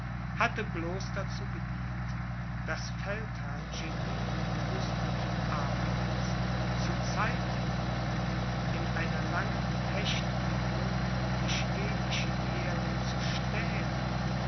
hatte bloß dazu gedient das feldherrngenie gustav adolphs zu zeitigen in einer langen fechtübung die schwedischen heere zu stählen